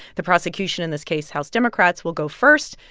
the prosecution in this case house democrats will go first,